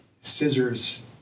scissors